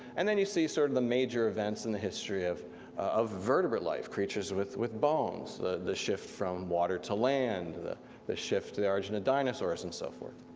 and then you see sort of the major events in the history of of vertebrate life, creatures with with bones, the the shift from water to land, the the shift to the origin of dinosaurs and so forth.